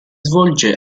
svolge